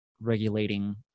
regulating